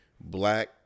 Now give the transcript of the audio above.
black